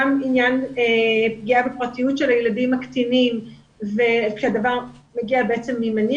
גם עניין פגיעה בפרטיות של הילדים הקטינים כשהדבר מגיע בעצם ממניע